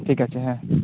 ᱴᱷᱤᱠ ᱟᱪᱷᱮ ᱦᱮᱸ